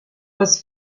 was